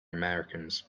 americans